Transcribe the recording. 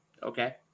okay